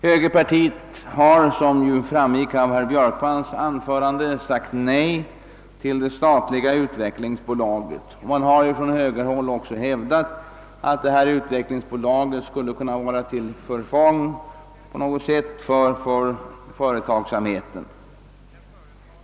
Högerpartiet har, som framgick av herr Björkmans anförande, sagt nej till det statliga utvecklingsbolaget. Man har från högerhåll också hävdat, att detta utvecklingsbolag skulle kunna på något sätt lända till förfång för företagsamheten.